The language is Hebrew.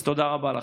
אז תודה רבה לכם.